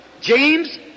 James